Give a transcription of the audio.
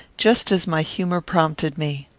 just as my humour prompted me.